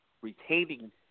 retaining